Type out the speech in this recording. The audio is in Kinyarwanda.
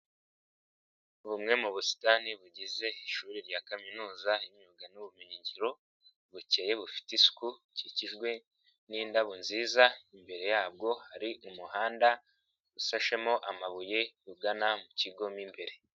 Bumwe mu busitani bugize ishuri rya kaminuza y'imyuga n'ubumenyingiro, bukeye bufite isuku bukikijwe n'indabo nziza, imbere yabwo hari umuhanda usashemo amabuye, ugana mu kigo mo imbere.